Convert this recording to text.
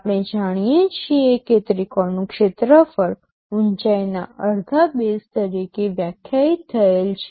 આપણે જાણીએ છીએ કે ત્રિકોણનું ક્ષેત્રફળ ઉચાઇના અડધા બેઝ તરીકે વ્યાખ્યાયિત થયેલ છે